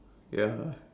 ya